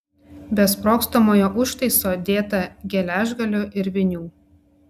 be sprogstamojo užtaiso dėta geležgalių ir vinių